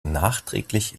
nachträglich